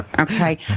okay